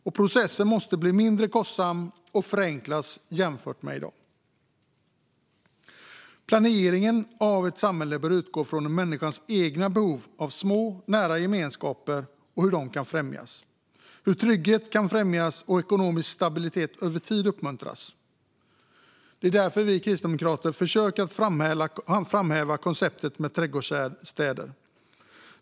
Och processen måste bli mindre kostsam och förenklas jämfört med i dag. Planeringen av ett samhälle bör utgå från människans egna behov av små, nära gemenskaper och hur de kan främjas, hur trygghet kan främjas och ekonomisk stabilitet över tid uppmuntras. Det är därför vi kristdemokrater försöker att framhäva konceptet med trädgårdsstäder.